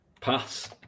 pass